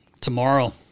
Tomorrow